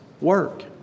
work